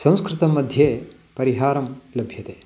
संस्कृतं मध्ये परिहारं लभ्यते